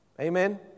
Amen